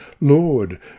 Lord